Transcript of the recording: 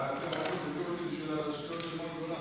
סעיפים 1 3 נתקבלו.